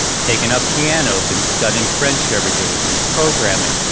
taken up piano, been studying french every day, been programming,